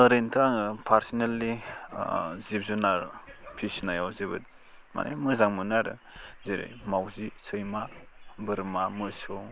ओरैनोथ' आङो पार्सनेलि जिब जुनार फिसिनायाव जोबोद मानि मोजां मोनो आरो जेरै मावजि सैमा बोरमा मोसौ